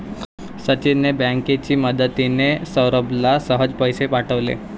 सचिनने बँकेची मदतिने, सौरभला सहज पैसे पाठवले